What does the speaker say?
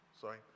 Sorry